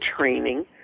training